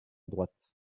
droite